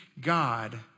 God